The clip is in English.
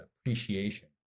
appreciation